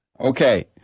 Okay